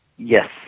Yes